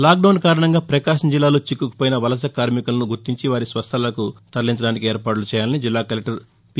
lockdown కారణంగా ప్రకాశం జిల్లాలో చిక్కుకు పోయిన వలస కార్మికులను గుర్తించి వారిని స్వస్థలాలకు తరలించడానికి ఏర్పాట్లు చేయాలని జిల్లా కలెక్టర్ పి